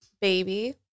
baby